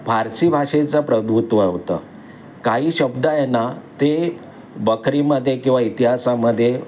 फारसी भाषेचं प्रभुत्व होतं काही शब्द आहे ना ते बखरीमध्ये किंवा इतिहासामध्ये